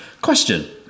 question